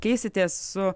keisitės su